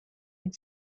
had